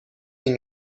این